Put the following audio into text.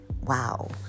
Wow